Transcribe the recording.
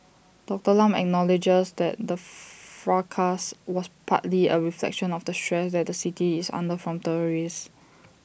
Doctor Lam acknowledges that the fracas was partly A reflection of the stress that the city is under from tourists